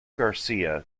garcia